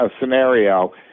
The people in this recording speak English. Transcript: scenario